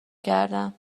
کردم